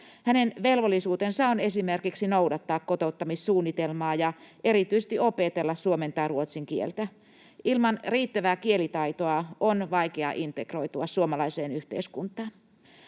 Hänen velvollisuutensa on esimerkiksi noudattaa kotouttamissuunnitelmaa ja erityisesti opetella suomen tai ruotsin kieltä. Ilman riittävää kielitaitoa on vaikea integroitua suomalaiseen yhteiskuntaan.